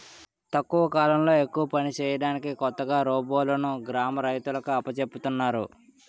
తక్కువ కాలంలో ఎక్కువ పని చేయడానికి కొత్తగా రోబోలును గ్రామ రైతులకు అప్పజెపుతున్నారు